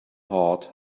heart